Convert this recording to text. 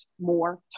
more